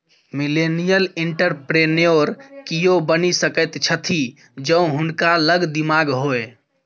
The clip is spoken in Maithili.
मिलेनियल एंटरप्रेन्योर कियो बनि सकैत छथि जौं हुनका लग दिमाग होए